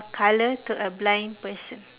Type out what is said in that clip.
colour to a blind person